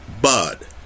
Bud